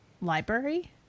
library